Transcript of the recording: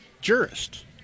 jurists